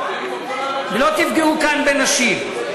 ולא תפגעו כאן בנשים.